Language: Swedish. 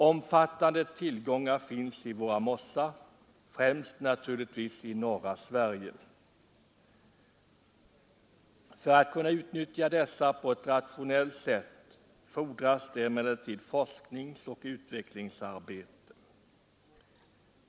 Omfattande tillgångar finns i våra mossar, främst naturligtvis i norra Sverige. För att kunna utnyttja dessa på ett rationellt sätt fordras det emellertid forskningsoch utvecklingsarbete.